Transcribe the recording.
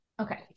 Okay